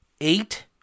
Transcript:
eight